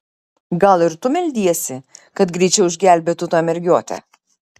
gal ir tu meldiesi kad greičiau išgelbėtų tą mergiotę